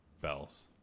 Bells